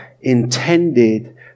intended